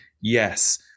yes